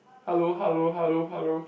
hello hello hello hello